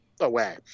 away